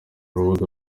rubuga